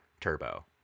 Turbo